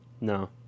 No